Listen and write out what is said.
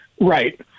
Right